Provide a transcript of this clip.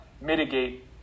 mitigate